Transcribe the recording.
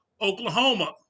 Oklahoma